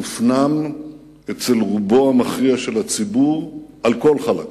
הופנם אצל רובו המכריע של הציבור, על כל חלקיו.